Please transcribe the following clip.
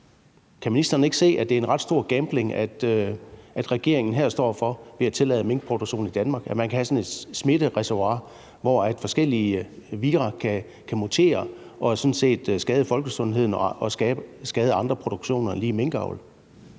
Kan ministeren ikke se, at det er en ret stor gambling, regeringen her står for, ved at tillade minkproduktion i Danmark, og ved at man kan have sådan et smittereservoir, hvor forskellige vira kan mutere og sådan set skade folkesundheden og skade andre produktioner end lige minkavl?